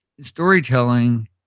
storytelling